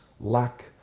lack